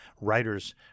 writers